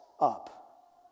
up